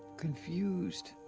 confused.